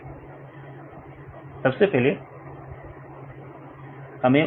विद्यार्थी केवल रिकॉर्ड्स का चयन